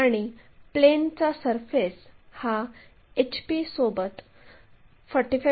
या लाईनला PR असे म्हणू आणि ही QR लाईन जोडा